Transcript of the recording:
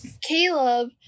Caleb